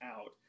out